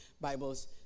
Bibles